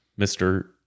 Mr